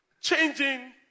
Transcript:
Changing